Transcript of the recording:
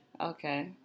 Okay